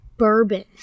Bourbon